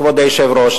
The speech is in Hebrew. כבוד היושב-ראש,